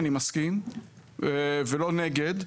אני מסכים ולא נגד,